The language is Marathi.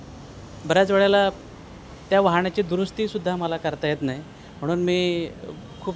बऱ्याच वेळेला त्या वाहनाची दुरुस्तीसुद्धा मला करता येत नाही म्हणून मी खूप